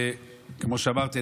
וכמו שאמרתי,